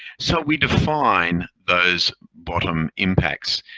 so we define those bottom impacts.